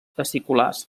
aciculars